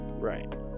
right